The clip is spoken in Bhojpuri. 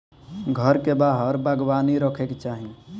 घर के बाहर बागवानी रखे के चाही